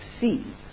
see